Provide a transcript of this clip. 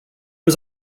was